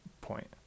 point